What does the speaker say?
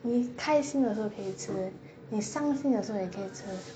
你开心的时候可以吃你伤心的时候可以吃